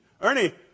Ernie